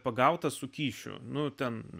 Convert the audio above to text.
pagautas su kyšiu nu ten